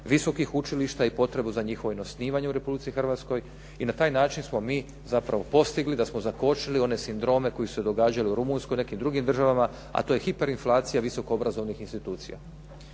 visokih učilišta i potrebu za njihovo osnivanje u Republici Hrvatskoj i na taj način smo mi zapravo postigli da smo zakočili one sindrome koji su se događali u Rumunjskoj, nekim drugim državama a to je hiperinflacija visokoobrazovnih institucija.